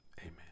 amen